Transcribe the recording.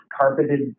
carpeted